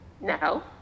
no